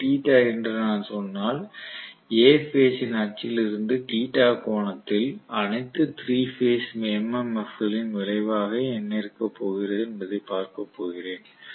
இது θ என்று நான் சொன்னால் A பேஸ் ன் அச்சில் இருந்து θ கோணத்தில் அனைத்து 3 பேஸ் MMF களின் விளைவாக என்ன இருக்கிறது என்பதைப் பார்க்கப் போகிறேன்